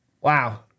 Wow